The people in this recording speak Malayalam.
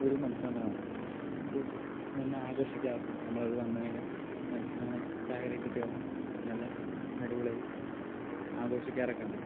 ഒരു മത്സ്യ ബന്ധനമാണ് അത് ഞാനൊന്ന് ആഘോഷിക്കാറുണ്ട് നമ്മളത് വന്ന് കഴിഞ്ഞാൽ മത്സ്യ ബന്ധനം ചാകരയൊക്കെ കിട്ടി വന്നാൽ നല്ല അടിപൊളിയായി ആഘോഷിക്കാറൊക്കെയുണ്ട്